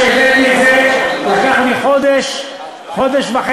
עד שהבאתי את זה לקח לי חודש חודש-וחצי